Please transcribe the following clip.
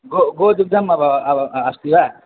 गो गोदुग्धम् अतः अतः अस्ति वा